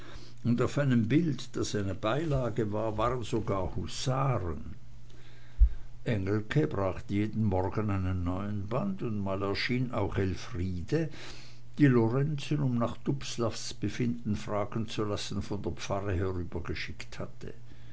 und auf einem bilde das eine beilage war waren sogar husaren engelke brachte jeden morgen einen neuen band und mal erschien auch elfriede die lorenzen um nach dubslavs befinden fragen zu lassen von der pfarre herübergeschickt hatte